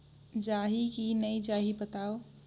जाही की नइ जाही बताव?